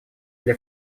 для